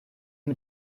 mit